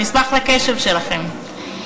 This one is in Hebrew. אני אשמח לקשב שלכם.